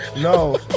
No